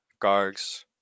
gargs